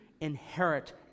inherit